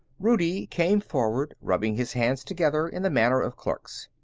rudie came forward, rubbing his hands together in the manner of clerks.